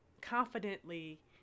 confidently